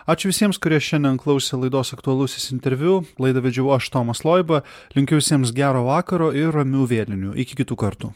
ačiū visiems kurie šiandien klausė laidos aktualusis interviu laidą vedžiau aš tomas loiba linkiu visiems gero vakaro ir ramių vėlinių iki kitų kartų